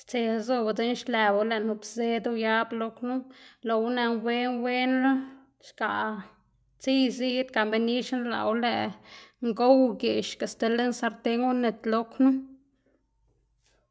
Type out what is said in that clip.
stsela zobu dzekna xlëꞌbu lëꞌ nup zed uyab lo knu, loꞌwu nën wen wenla xgaꞌ tsiy ziꞌd gan be nix nlaꞌwu lëꞌ ngow ugeꞌxga sti lën sarten unit lo knu.